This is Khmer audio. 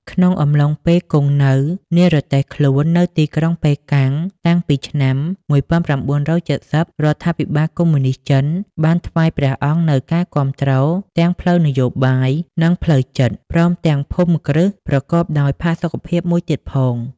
ក្នុងអំឡុងពេលគង់នៅនិរទេសខ្លួននៅទីក្រុងប៉េកាំងតាំងពីឆ្នាំ ១៩៧០ រដ្ឋាភិបាលកុម្មុយនីស្តចិនបានថ្វាយព្រះអង្គនូវការគាំទ្រទាំងផ្លូវនយោបាយ និងផ្លូវចិត្ត ព្រមទាំងភូមិគ្រឹះប្រកបដោយផាសុកភាពមួយទៀតផង។